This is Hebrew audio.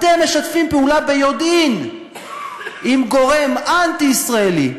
אתם משתפים פעולה ביודעין עם גורם אנטי-ישראלי,